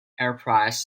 enterprise